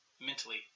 mentally